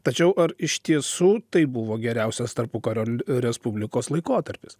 tačiau ar iš tiesų tai buvo geriausias tarpukario respublikos laikotarpis